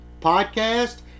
Podcast